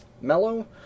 mellow